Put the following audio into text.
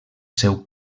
seu